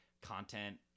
content